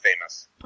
famous